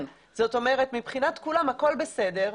זאת אומרת מבחינת כולם הכול בסדר,